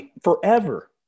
Forever